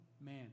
man